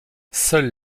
seuls